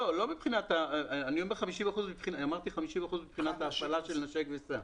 לא, אני אמרתי 50 אחוזים מבחינת התוכנית נשק וסע.